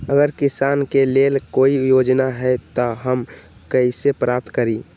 अगर किसान के लेल कोई योजना है त हम कईसे प्राप्त करी?